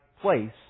place